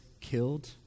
killed